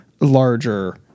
larger